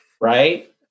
right